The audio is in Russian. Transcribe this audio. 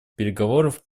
переговоров